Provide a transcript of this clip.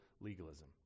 legalism